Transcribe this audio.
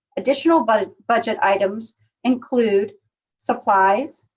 additional but budget items include supplies,